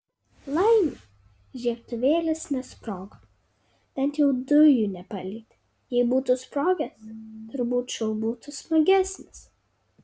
laimei žiebtuvėlis nesprogo bent jau dujų nepalietė jei būtų sprogęs turbūt šou būtų smagesnis